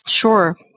Sure